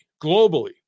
globally